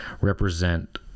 represent